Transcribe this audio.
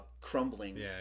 crumbling